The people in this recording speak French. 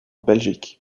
belgique